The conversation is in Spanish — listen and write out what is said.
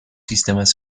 sistemas